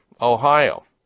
Ohio